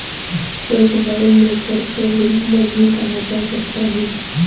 एक वाइनमेकर को विंटनर भी कहा जा सकता है